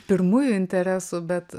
pirmųjų interesų bet